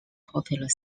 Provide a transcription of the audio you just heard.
popular